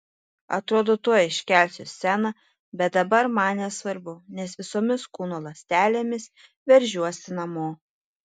atrodo tuoj iškelsiu sceną bet dabar man nesvarbu nes visomis kūno ląstelėmis veržiuosi namo